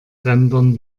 rendern